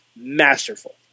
masterful